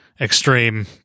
extreme